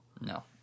No